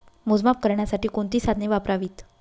मोजमाप करण्यासाठी कोणती साधने वापरावीत?